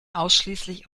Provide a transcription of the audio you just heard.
ausschließlich